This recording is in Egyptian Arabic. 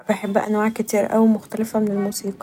بحب انواع كتير اوي مختلفه من الموسيقي